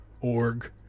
.org